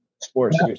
sports